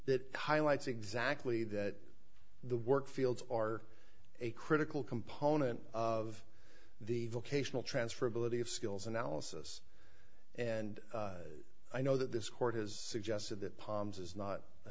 that highlights exactly that the work fields are a critical component of the vocational transferability of skills analysis and i know that this court has suggested that palm's is not a